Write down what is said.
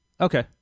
Okay